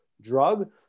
drug